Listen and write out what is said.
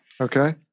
okay